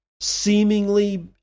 seemingly